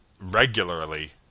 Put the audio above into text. regularly